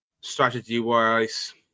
strategy-wise